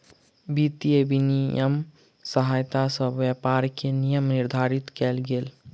वित्तीय विनियम के सहायता सॅ व्यापार के नियम निर्धारित कयल गेल